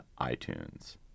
iTunes